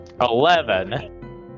Eleven